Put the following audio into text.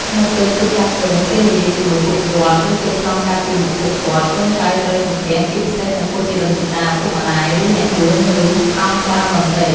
នៅពេលជួបចាស់ទុំ ពេលនិយាយជាមួយពួកគាត់ ឬពេលឆ្លងកាត់ពីមុខពួកគាត់ កូនចៅត្រូវ សំពះ ជាពិសេសចំពោះជីដូនជីតា ឪពុកម្ដាយ ឬអ្នកបួស ឬ ឱនក្បាលបន្តិច។